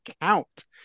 count